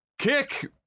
Kick